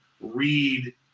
read